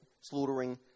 slaughtering